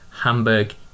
Hamburg